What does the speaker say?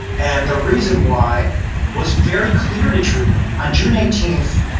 and the reason why was very clear to truman on june eighteenth,